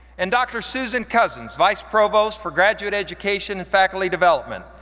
and dr. susan cousins, vice provost for graduate education and faculty development,